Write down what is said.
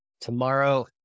Tomorrow